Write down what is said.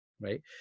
right